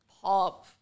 pop